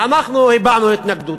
ואנחנו הבענו התנגדות.